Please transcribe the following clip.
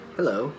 Hello